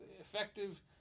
effective